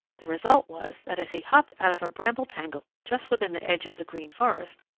the result was that as he hopped out of a bramble-tangle just within the edge of the green forest,